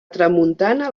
tramuntana